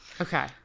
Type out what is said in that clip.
Okay